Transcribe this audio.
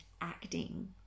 acting